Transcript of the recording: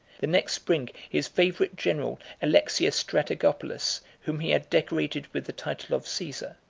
the next spring, his favorite general, alexius strategopulus, whom he had decorated with the title of caesar,